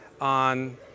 on